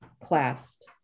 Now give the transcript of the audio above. classed